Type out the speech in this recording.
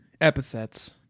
Epithets